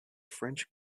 french